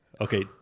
okay